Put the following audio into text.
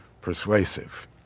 persuasive